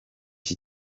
iki